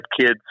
kids